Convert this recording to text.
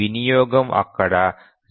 వినియోగం అక్కడ 0